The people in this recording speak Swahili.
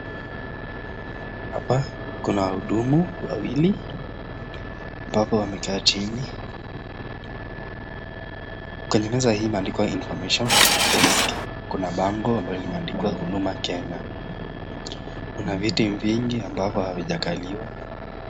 Hapa kuna wahudumu wawili ambapo wamekaa chini. Kwenye meza hii imeandikwa information desk . Kuna bango ambalo limeandikwa Huduma Kenya. Kuna viti vingi ambavyo havijakaliwa.